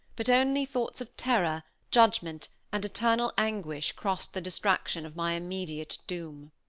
but only thoughts of terror, judgment, and eternal anguish crossed the distraction of my immediate doom.